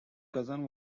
cousin